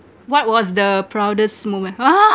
what was the proudest moment !huh!